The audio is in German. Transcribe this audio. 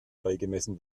beigemessen